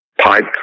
pipe